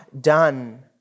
done